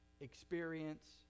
experience